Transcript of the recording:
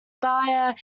bayer